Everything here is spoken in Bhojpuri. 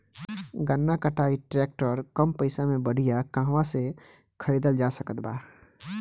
गन्ना कटाई ट्रैक्टर कम पैसे में बढ़िया कहवा से खरिदल जा सकत बा?